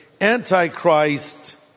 Antichrist